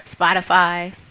Spotify